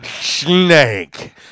Snake